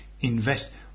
Invest